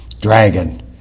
Dragon